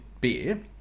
beer